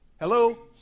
Hello